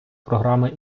програми